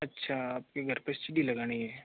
अच्छा आपके घर पर सीढ़ी लगानी है